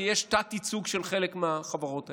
כי יש תת-ייצוג לחלק מהחברות האלה.